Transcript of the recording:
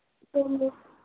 तो